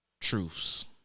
truths